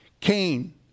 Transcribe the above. Cain